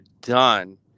done